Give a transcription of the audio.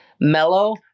mellow